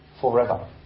forever